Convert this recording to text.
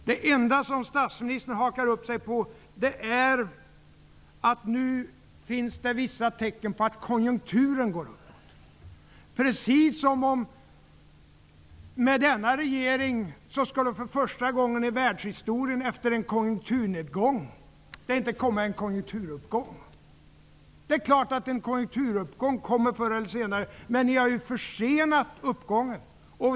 Det enda som statsministern hakar upp sig på är att det nu finns vissa tecken på att konjunkturen går uppåt, precis som om det med denna regering för första gången i världshistorien skulle komma en konjunkturuppgång efter en konjunkturnedgång. Det är klart att en konjunkturuppgång kommer förr eller senare, men ni har ju försenat uppgången.